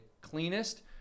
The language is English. cleanest